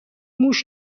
موش